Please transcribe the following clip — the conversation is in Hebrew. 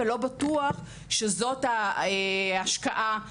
ולא בטוח שזו ההשקעה הטובה ביותר.